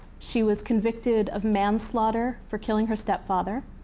she was convicted of manslaughter for killing her stepfather.